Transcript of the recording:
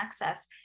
access